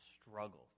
struggle